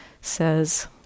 says